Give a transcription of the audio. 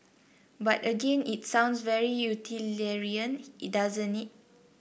but again it sounds very utilitarian doesn't it